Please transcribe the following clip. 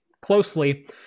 closely